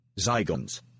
Zygons